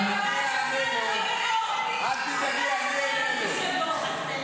אני אגיד לך.